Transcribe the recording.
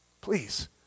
please